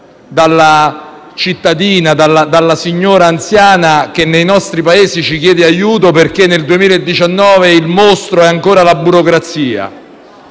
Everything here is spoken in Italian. questo Paese, dalla signora anziana che nei nostri paesi ci chiede aiuto perché nel 2019 il mostro è ancora la burocrazia.